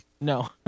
No